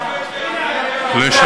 איזו רמה.